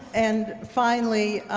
and finally,